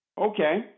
Okay